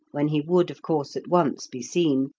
when he would, of course, at once be seen,